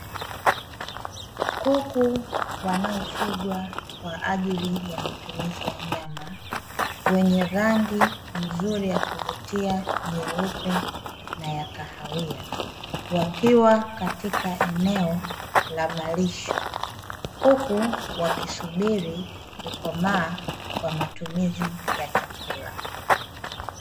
Kuku wanaofugwa kwa ajili yamatumizi ya nyama. Wenye rangi nzuri ya kuvutia nyeupe na yakahawia wakiwa katika eneo la malisho huku wakisubiri kukomaa kwa matumizi ya chakula.